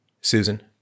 Susan